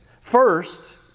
First